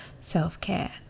self-care